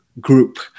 Group